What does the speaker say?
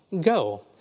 go